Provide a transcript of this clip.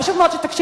חשוב מאוד שתקשיב,